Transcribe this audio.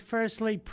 Firstly